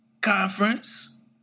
conference